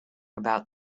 about